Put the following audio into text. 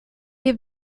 have